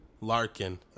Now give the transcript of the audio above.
Larkin